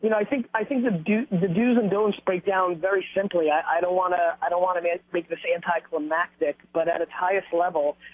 you know i think i think the do's the do's and don'ts break down very simply. i don't want to i don't want to make this anti-climactic, but at its highest level,